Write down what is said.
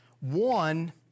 One